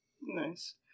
Nice